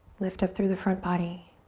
lift up through the front body.